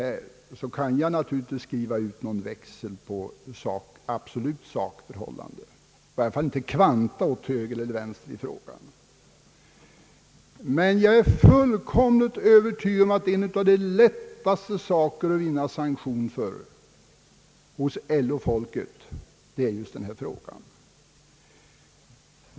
Jag kan naturligtvis inte skriva ut något intyg på hur det förhåller sig — i varje fall kan jag inte ange hur många som är för respektive emot — men jag är fullt övertygad om att vad som är lättast att vinna sanktion för hos LO-folket är just åtgärder i den här frågan.